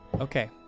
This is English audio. Okay